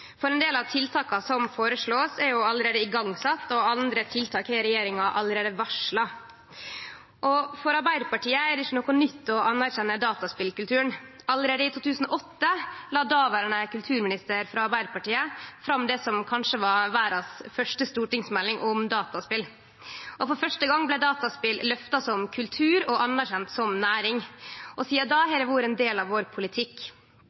allereie sette i gang, og andre tiltak har regjeringa allereie varsla. For Arbeidarpartiet er det ikkje noko nytt å anerkjenne dataspelkulturen. Allereie i 2008 la dåverande kulturminister frå Arbeidarpartiet fram det som kanskje var verdas første stortingsmelding om dataspel. For første gong blei dataspel løfta som kultur og anerkjent som næring, og sidan då har det vore ein del av vår politikk.